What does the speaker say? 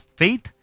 faith